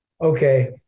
Okay